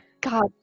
God